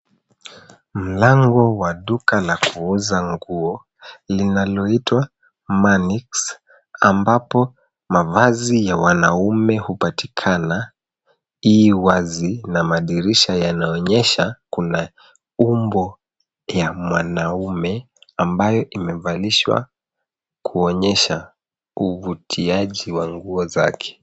Mlango wa duka la kuuza nguo linaloitwa manix ambapo mavazi ya wanaume hupatikana i wazi na madirisha yanaonyesha kuna umbo ya mwanaume ambayo imevalishwa kuonyesha uvutiaji wa nguo zake.